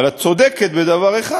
אבל את צודקת בדבר אחד,